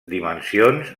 dimensions